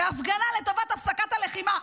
בהפגנה לטובת הפסקת הלחימה.